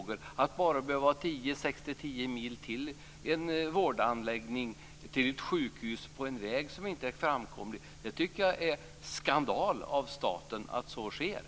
Bara detta att behöva ha sex-tio mil till en vårdanläggning eller ett sjukhus på en väg som inte är framkomlig är, tycker jag, skandal från statens sida.